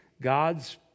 God's